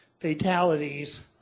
fatalities